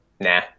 nah